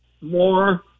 more